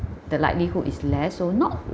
the likelihood is less so not